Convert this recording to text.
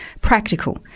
practical